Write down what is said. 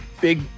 big